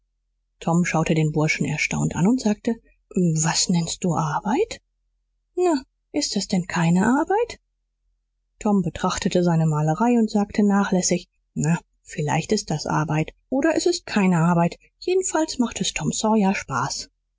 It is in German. tom schaute den burschen erstaunt an und sagte was nennst du arbeit na ist das denn keine arbeit tom betrachtete seine malerei und sagte nachlässig na vielleicht ist das arbeit oder es ist keine arbeit jedenfalls macht es tom sawyer spaß